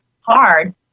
hard